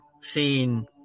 seen